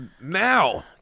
now